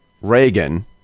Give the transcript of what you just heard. Reagan